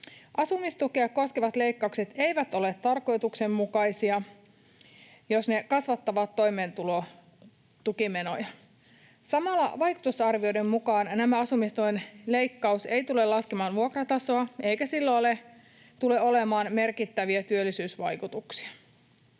Asumistukea koskevat leikkaukset eivät ole tarkoituksenmukaisia, jos ne kasvattavat toimeentulotukimenoja. Samalla vaikutusarvioiden mukaan asumistuen leikkaus ei tule laskemaan vuokratasoa eikä sillä tule olemaan merkittäviä työllisyysvaikutuksia.